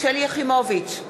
שלי יחימוביץ,